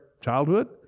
childhood